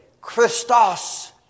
Christos